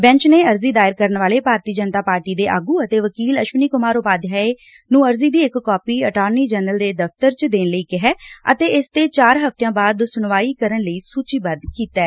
bench ਨੇ ਅਰਜ਼ੀ ਦਾਇਰ ਕਰਨ ਵਾਲੇ ਭਾਰਤੀ ਜਨਤਾ ਪਾਰਟੀ ਦੇ ਆਗੁ ਅਤੇ ਵਕੀਲ ਅਸ਼ਵਨੀ ਕੁਮਾਰ ਉਪਾਧਿਆਯ ਨੂੰ ਅਰਜੀ ਦੀ ਇਕ ਕਾਪੀ ਅਟਾਰਨੀ ਜਨਰਲ ਦੇ ਦਫ਼ਤਰ ਚ ਦੇਣ ਲਈ ਕਿਹੈ ਅਤੇ ਇਸਤੇ ਚਾਰ ਹਫਤਿਆਂ ਬਾਅਦ ਸੁਣਵਾਈ ਕਰਨ ਲਈ ਸੁਚੀਬੱਧ ਕੀਤੈ